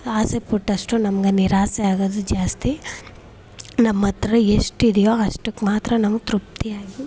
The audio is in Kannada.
ಆಸೆಪಟ್ಟಷ್ಟು ನಮ್ಗೆ ನಿರಾಸೆ ಆಗೋದು ಜಾಸ್ತಿ ನಮ್ಮ ಹತ್ತಿರ ಎಷ್ಟಿದೆಯೋ ಅಷ್ಟಕ್ಕೆ ಮಾತ್ರ ನಾವು ತೃಪ್ತಿಯಾಗಿ